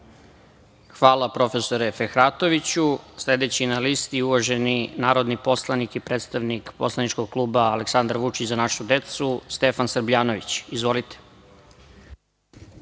Hvala, profesore Fehratoviću. Reč ima uvaženi narodni poslanik i predstavnik poslaničkog kluba Aleksandar Vučić – Za našu decu, Stefan Srbljanović. Izvolite.